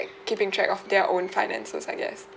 keeping track of their own finances I guess